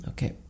Okay